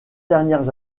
dernières